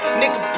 nigga